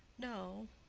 no,